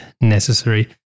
necessary